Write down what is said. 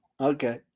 Okay